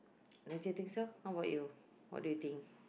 don't you think so how about you what do you think